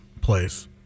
place